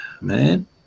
man